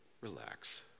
Relax